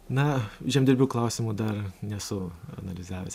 na žemdirbių klausimų dar nesu analizavęs